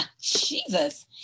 Jesus